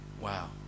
Wow